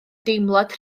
deimlad